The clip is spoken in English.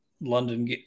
London